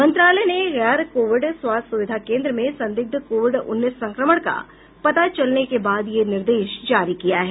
मंत्रालय ने गैर कोविड स्वास्थ्य सुविधा केंद्र में संदिग्ध कोविड उन्नीस संक्रमण का पता चलने के बाद यह निर्देश जारी किया है